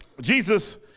Jesus